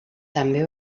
també